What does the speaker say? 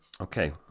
Okay